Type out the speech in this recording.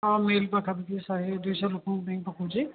ହଁ ମିଲ୍ ପାଖାପାଖି ଶହେ ଦୁଇଶହ ଲୋକଙ୍କ ପାଇଁ ପକାଉଛି